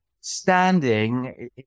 standing